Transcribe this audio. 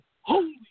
holy